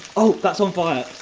oh that's on fire,